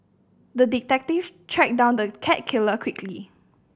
the detective tracked down the cat killer quickly